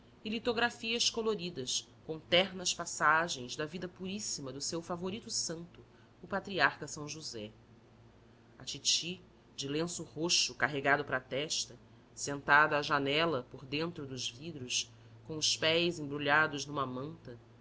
e litografias coloridas com ternas passagens da vida puríssima do seu favorito santo o patriarca são josé a titi de lenço roxo carregado para a testa sentada à janela por dentro dos vidros com os pés embrulhados numa manta